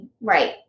Right